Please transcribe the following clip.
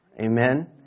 Amen